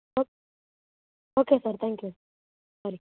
O okay sir thank you ಸರಿ